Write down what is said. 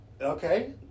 Okay